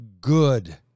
good